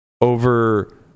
over